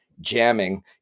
jamming